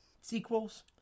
sequels